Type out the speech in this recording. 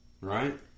right